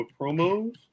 promos